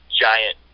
giant